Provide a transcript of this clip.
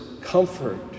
comfort